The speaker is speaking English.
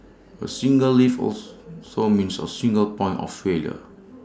A single lift also means A single point of failure